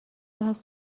هست